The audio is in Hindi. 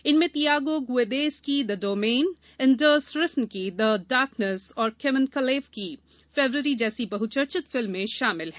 इनमें तीआगो ग्रुदेस की द डोमेन एंडर्स रिफ्न की द डार्कनैस और केमन कलेव की फेब्रुअरी जैसी बहुचर्चित फिल्में शामिल हैं